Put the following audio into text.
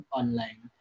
online